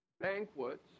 banquets